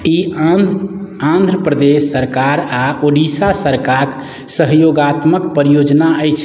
ई आन्ध्र आन्ध्रप्रदेश सरकार आ ओडिशा सरकारक सहयोगात्मक परियोजना अछि